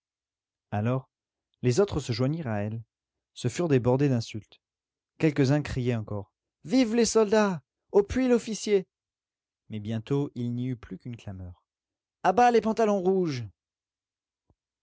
alors les autres se joignirent à elle ce furent des bordées d'insultes quelques-uns criaient encore vivent les soldats au puits l'officier mais bientôt il n'y eut plus qu'une clameur a bas les pantalons rouges